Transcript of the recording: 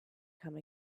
come